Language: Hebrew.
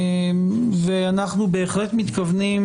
ואנחנו בהחלט מתכוונים,